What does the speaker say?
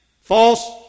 False